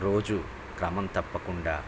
రోజు క్రమం తప్పకుండా